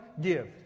give